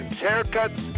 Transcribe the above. haircuts